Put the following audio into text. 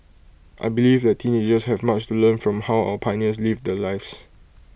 I believe that teenagers have much to learn from how our pioneers lived their lives